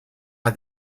are